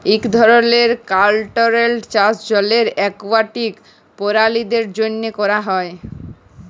ইক ধরলের কলটোরোলড চাষ জলের একুয়াটিক পেরালিদের জ্যনহে ক্যরা হ্যয়